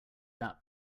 that